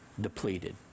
depleted